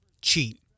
cheat